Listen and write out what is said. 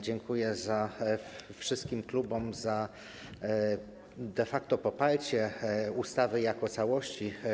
Dziękuję wszystkim klubom za de facto poparcie ustawy jako całości.